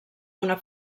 una